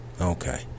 okay